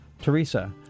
Teresa